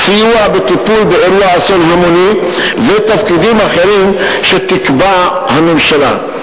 סיוע בטיפול בעת אסון המוני ותפקידים אחרים שתקבע הממשלה.